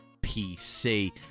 pc